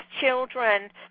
children